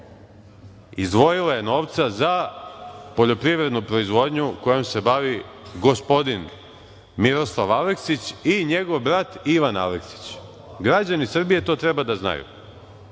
izdvojile novca za poljoprivrednu proizvodnju kojom se bavi gospodin Miroslav Aleksić i njegov brat Ivan Aleksić. Građani Srbije to treba da znaju.